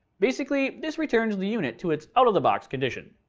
basically, this returns the unit to its out of the box condition.